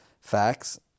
facts